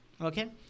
Okay